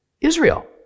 Israel